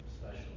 special